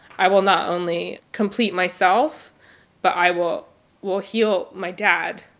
i will not only complete myself but i will will heal my dad